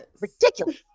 ridiculous